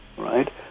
right